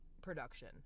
production